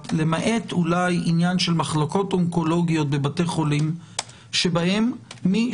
למעט אולי עניין של מחלקות אונקולוגיות בבתי חולים שבהם מי